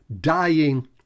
dying